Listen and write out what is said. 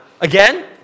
again